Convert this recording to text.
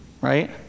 Right